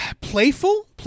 playful